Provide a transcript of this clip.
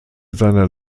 seiner